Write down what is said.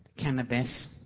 cannabis